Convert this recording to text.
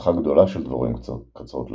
משפחה גדולה של דבורים קצרות לשון,